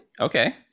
Okay